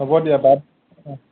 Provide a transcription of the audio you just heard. হ'ব দিয়ক বাদ অঁ